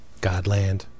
Godland